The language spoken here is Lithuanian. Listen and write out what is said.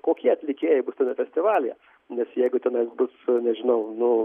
kokie atlikėjai bus tame festivalyje nes jeigu tenais bus nežinau nu